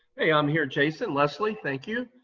hey, i'm here, jason, leslie. thank you.